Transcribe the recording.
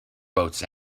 boats